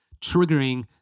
triggering